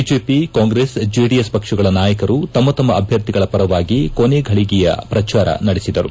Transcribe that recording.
BJP Congress JDS ಪಕ್ಷಗಳ ನಾಯಕರು ತಮ್ಮ ತಮ್ಮ ಅಭ್ಲರ್ಥಿಗಳ ಪರವಾಗಿ ಕೊನೆ ಘಳಿಗೆಯ ಪ್ರಚಾರ ನಡೆಸಿದರು